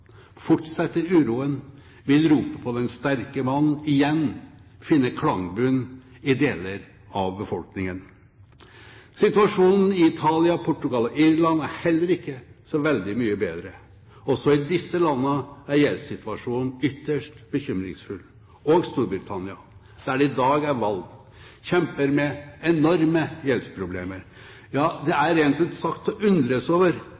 Fortsetter uroen, vil ropet på den sterke mann igjen finne klangbunn i deler av befolkningen. Situasjonen i Italia, Portugal og Irland er heller ikke så veldig mye bedre. Også i disse landene er gjeldssituasjonen ytterst bekymringsfull. Og Storbritannia, der det i dag er valg, kjemper med enorme gjeldsproblemer. Ja, det er rent ut sagt til å undres over